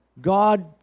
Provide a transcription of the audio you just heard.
God